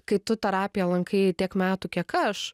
kai tu terapiją lankai tiek metų kiek aš